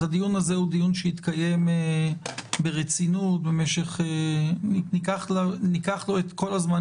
זה דיון שיתקיים ברצינות במשך כל הזמן